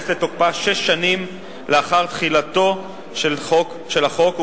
לתוקפה שש שנים לאחר תחילתו של החוק,